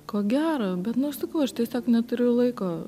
ko gero bet nu sakau aš tiesiog neturiu laiko